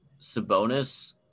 Sabonis